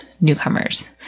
newcomers